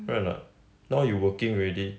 right or not now you working already